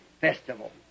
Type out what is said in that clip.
festival